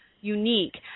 unique